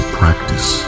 practice